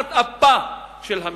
תחת אפה של המשטרה.